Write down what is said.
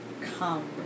come